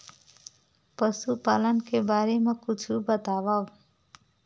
पशुपालन के बारे मा कुछु बतावव?